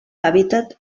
hàbitat